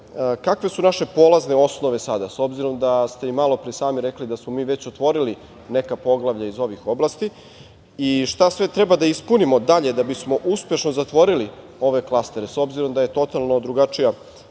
kakve su naše polazne osnove sada, s obzirom da ste i malopre sami rekli da smo mi već otvorili neka poglavlja iz ovih oblasti i šta sve treba da ispunimo dalje da bismo uspešno zatvorili ove klastere, s obzirom da je totalno drugačija